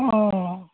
অঁ